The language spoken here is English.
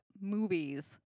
movies